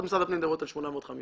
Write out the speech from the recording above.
הערכות משרד הפנים מדברות על 900-850